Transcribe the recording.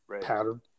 pattern